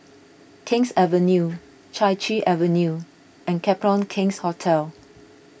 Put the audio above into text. King's Avenue Chai Chee Avenue and Copthorne King's Hotel